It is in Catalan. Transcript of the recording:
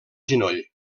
genoll